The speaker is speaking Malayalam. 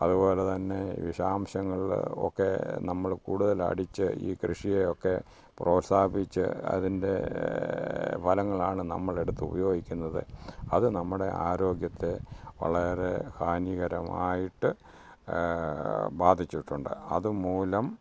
അതുപോലെ തന്നെ വിഷാംശങ്ങളില് ഒക്കെ നമ്മള് കൂടുതലടിച്ച് ഈ കൃഷിയെ ഒക്കെ പ്രോത്സാഹിപ്പിച്ച് അതിൻ്റെ ഫലങ്ങളാണ് നമ്മളെടുത്ത് ഉപായോഗിക്കുന്നത് അത് നമ്മുടെ ആരോഗ്യത്തെ വളരെ ഹാനികരമായിട്ട് ബാധിച്ചിട്ടുണ്ട് അതുമൂലം